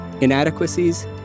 inadequacies